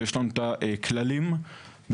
את הכללים,